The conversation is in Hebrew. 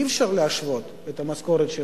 אי-אפשר להשוות את המשכורת של